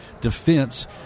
defense